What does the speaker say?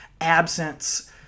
absence